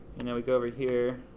and know we go over here